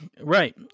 Right